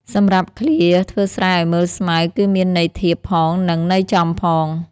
សម្រាបឃ្លា ធ្វើស្រែឲ្យមើលស្មៅ គឺមានន័យធៀបផង និងន័យចំផង។